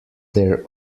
their